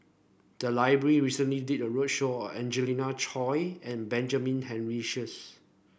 the library recently did a roadshow on Angelina Choy and Benjamin Henry Sheares